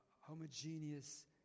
homogeneous